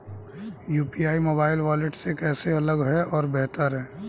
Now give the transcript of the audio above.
UPI mobile wallet से कैसे अलग और बेहतर है?